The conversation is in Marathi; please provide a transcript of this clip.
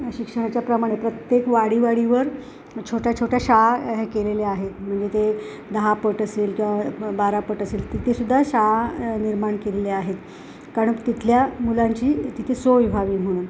शिक्षणाच्या प्रमाणे प्रत्येक वाडी वाडीवर छोट्या छोट्या शाळा केलेल्या आहेत म्हणजे ते दहा पट असेल किंवा बारा पट असेल तिथेसुद्धा शाळा निर्माण केलेले आहेत कारण तिथल्या मुलांची तिथे सोय व्हावी म्हणून